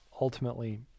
ultimately